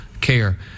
care